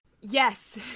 Yes